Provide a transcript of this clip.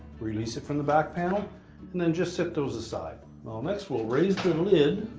release it from the back panel and then just set those aside next, we'll raise the lid,